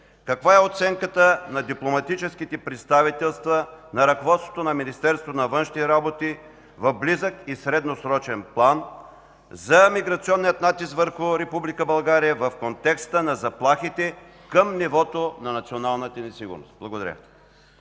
каква е оценката на дипломатическите представителства, на ръководството на Министерството на външните работи в близък и средносрочен план за миграционния натиск върху Република България в контекста на заплахите към нивото на националната ни сигурност? Благодаря.